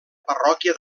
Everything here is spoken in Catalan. parròquia